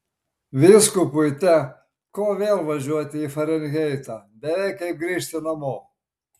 vyskupui te ko vėl važiuoti į farenheitą beveik kaip grįžti namo